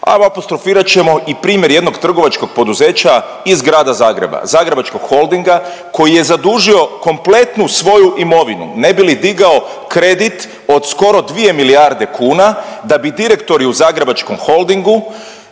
a apostrofirat ćemo i primjer jednog trgovačkog poduzeća iz Grada Zagreba, Zagrebačkog holdinga koji je zadužio kompletnu svoju imovinu ne bi li digao kredit od skoro 2 milijarde kuna da bi direktori u Zagrebačkom holdingu